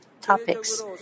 topics